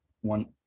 one